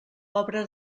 obra